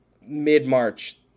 mid-March